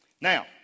Now